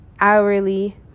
hourly